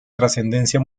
trascendencia